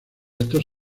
estos